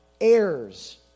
heirs